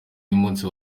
y’umunsi